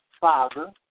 Father